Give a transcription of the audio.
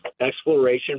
exploration